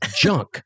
junk